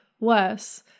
worse